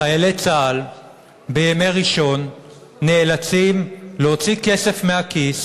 חיילי צה"ל בימי ראשון נאלצים להוציא כסף מהכיס